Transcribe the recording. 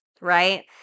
right